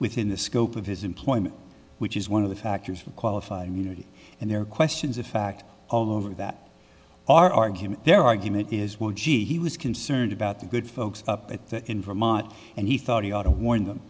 within the scope of his employment which is one of the factors for qualified immunity and there are questions of fact all over that our argument their argument is well gee he was concerned about the good folks up at that in vermont and he thought he ought to warn them